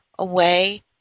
Away